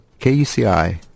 KUCI